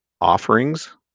offerings